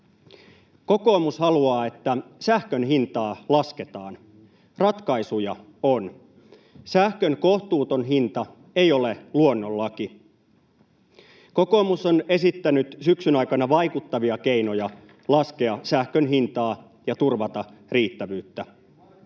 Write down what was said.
Kokoomus haluaa, että sähkön hintaa lasketaan. Ratkaisuja on. Sähkön kohtuuton hinta ei ole luonnonlaki. Kokoomus on esittänyt syksyn aikana vaikuttavia keinoja laskea sähkön hintaa ja turvata riittävyyttä.